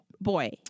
boy